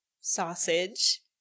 Sausage